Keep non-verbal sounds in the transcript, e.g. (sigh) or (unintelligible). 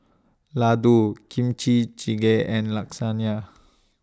Ladoo Kimchi Jjigae and (unintelligible)